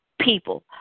people